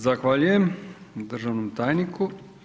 Zahvaljujem državnom tajniku.